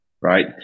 right